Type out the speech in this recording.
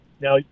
Now